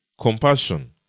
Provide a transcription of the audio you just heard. compassion